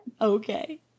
Okay